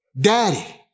daddy